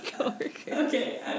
Okay